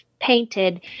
painted